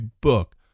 book